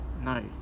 No